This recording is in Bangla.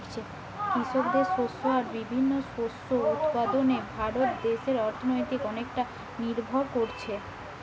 কৃষিকাজের শস্য আর বিভিন্ন শস্য উৎপাদনে ভারত দেশের অর্থনীতি অনেকটা নির্ভর কোরছে